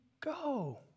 go